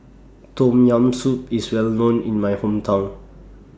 Tom Yam Soup IS Well known in My Hometown